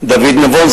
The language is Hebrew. דוד נבון,